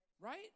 Right